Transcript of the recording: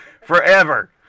forever